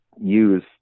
use